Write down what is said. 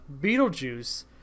Beetlejuice